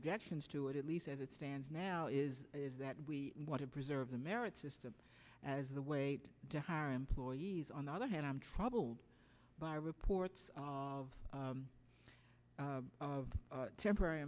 objections to it at least as it stands now is is that we want to preserve the merit system as the wait to hire employees on the other hand i'm troubled by reports of of temporary